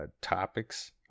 topics